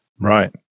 Right